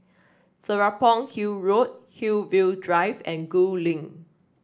Serapong Hill Road Hillview Drive and Gul Link